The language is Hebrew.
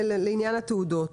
"למעט" זה לעניין התעודות.